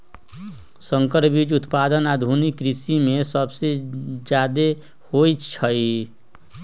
संकर बीज उत्पादन आधुनिक कृषि में सबसे जादे होई छई